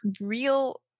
real